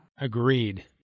Agreed